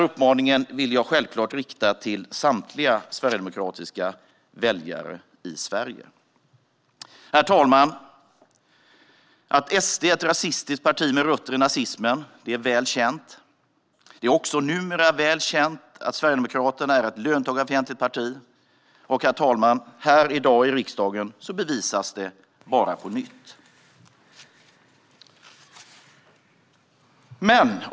Jag vill självklart rikta uppmaningen till samtliga sverigedemokratiska väljare i Sverige. Herr talman! Att SD är ett rasistiskt parti med rötter i nazismen är väl känt. Det är numera också väl känt att Sverigedemokraterna är ett löntagarfientligt parti, och i riksdagen i dag bevisas det bara på nytt.